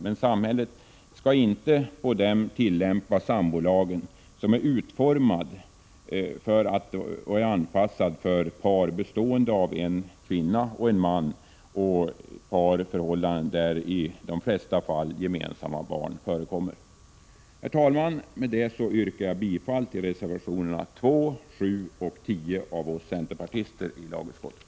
Men samhället skall inte på dem tillämpa sambolagen, som är utformad och anpassad till par bestående av en kvinna och en man och till parförhållanden där i de flesta fall gemensamma barn förekommer. Herr talman! Med detta yrkar jag bifall till reservationerna nr 2, 7 och 10 avgivna av oss centerpartister i lagutskottet.